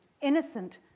Innocent